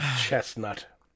chestnut